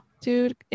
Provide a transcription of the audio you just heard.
dude